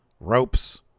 ropes